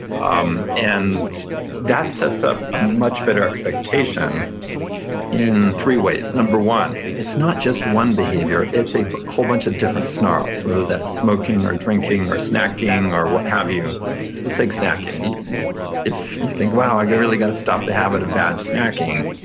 um and that sets up a much better expectation in three ways. number one, it's not just one behavior it's a whole bunch of different snarls, whether that's smoking or drinking or snacking or what have you let's take snacking. if you think, wow, i really got to stop the habit of bad snacking,